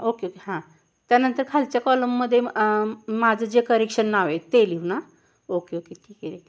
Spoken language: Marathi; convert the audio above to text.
ओके ओके हां त्यानंतर खालच्या कॉलममध्ये माझं जे करेक्शन नाव आहे ते लिहू ना ओके ओके ठीक आहे